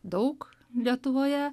daug lietuvoje